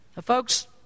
Folks